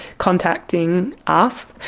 contacting us.